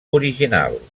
original